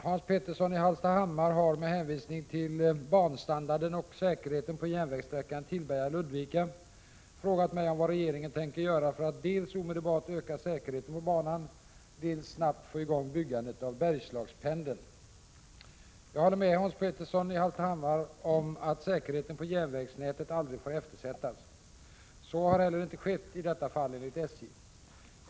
Herr talman! Hans Petersson i Hallstahammar har, med hänvisning till banstandarden och säkerheten på järnvägssträckan Tillberga—Ludvika, frågat mig vad regeringen tänker göra för att dels omedelbart öka säkerheten på banan, dels snabbt få i gång byggandet av ”Bergslagspendeln”. Jag håller med Hans Petersson i Hallstahammar om att säkerheten på järnvägsnätet aldrig får eftersättas. Så har heller inte skett i detta fall enligt SJ.